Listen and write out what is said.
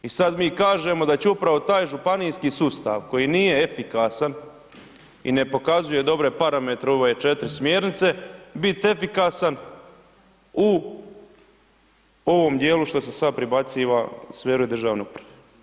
I sad mi kažemo da će upravo taj županijski sustav koji nije efikasan i ne pokazuje dobre parametre u ove 4 smjernice, bit efikasan u ovom dijelu što se sad prebaciva u sferu državne uprave.